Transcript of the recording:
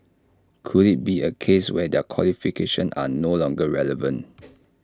could IT be A case where their qualifications are no longer relevant